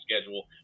schedule